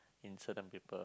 in certain people